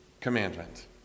commandment